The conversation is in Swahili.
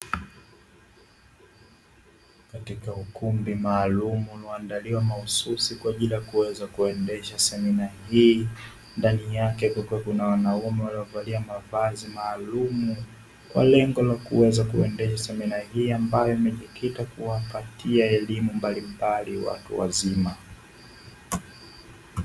Katika ukumbi maalumu uloandaliwa mahususi kwa ajili ya kuweza kuendesha semina hii, ndani yake kulikuwa kuna wanaume waliovalia maalumu, kwa lengo la kuweza kuendesha semina hii ambayo imejikita kuwapatia elimu mbalimbali watu wazima.